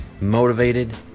motivated